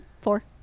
Four